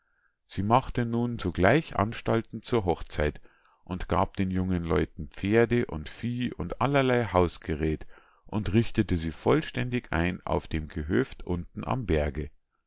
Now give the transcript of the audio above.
sie machte nun sogleich anstalten zur hochzeit und gab den jungen leuten pferde und vieh und allerlei hausgeräth und richtete sie vollständig ein auf dem gehöft unten am berge